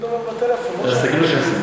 הוא מדבר בטלפון, אז תגיד לו שיפסיק.